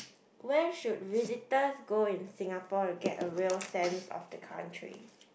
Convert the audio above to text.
where should visitors go in Singapore to get a real sense of the country